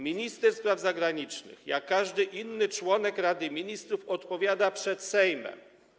Minister spraw zagranicznych, jak każdy inny członek Rady Ministrów, odpowiada przed Sejmem.